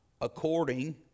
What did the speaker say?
according